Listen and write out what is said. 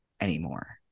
anymore